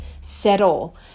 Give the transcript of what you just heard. settle